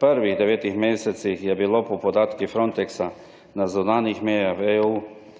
prvih devetih mesecih je bilo po podatkih Frontexa na zunanjih mejah v EU